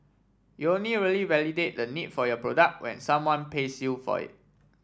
you only really validate the need for your product when someone pays you for it